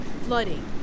flooding